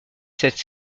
cette